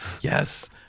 Yes